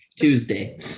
Tuesday